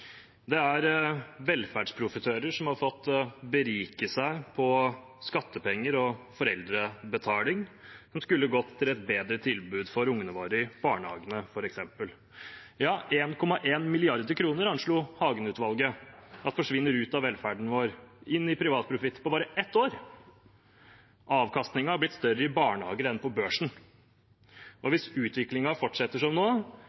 Det er velferdsprofitører som har fått berike seg på skattepenger og foreldrebetaling, som skulle gått til et bedre tilbud for ungene våre i barnehagene f.eks. Ja, 1,1 mrd. kr anslo Hagen-utvalget forsvinner ut av velferden vår inn i privatprofitt på bare et år. Avkastningen har blitt større i barnehager enn på børsen. Og hvis utviklingen fortsetter som nå,